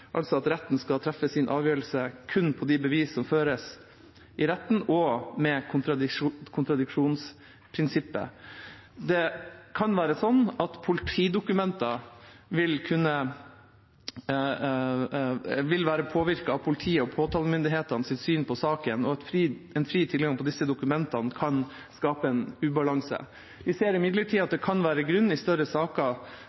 altså at retten skal treffe sin avgjørelse basert kun på de bevis som føres i retten – og med kontradiksjonsprinsippet. Det kan være slik at politidokumenter vil være påvirket av politiets og påtalemyndighetenes syn på saken, og at en fri tilgang på disse dokumentene kan skape en ubalanse. Vi ser imidlertid at